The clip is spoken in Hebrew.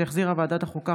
שהחזירה ועדת החוקה,